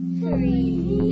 three